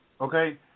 Okay